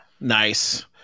Nice